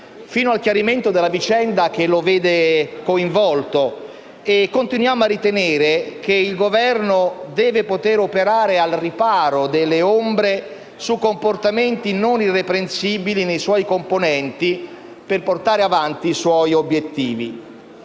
fino al chiarimento della vicenda che lo vede coinvolto e continuiamo a ritenere che il Governo debba potere operare al riparo delle ombre su comportamenti non irreprensibili nei suoi componenti per portare avanti i suoi obiettivi.